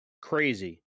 crazy